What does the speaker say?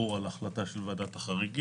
קרי: ערעור על החלטה של ועדת החריגים,